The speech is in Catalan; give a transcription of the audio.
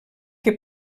que